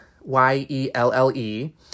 Y-E-L-L-E